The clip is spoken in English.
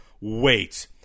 wait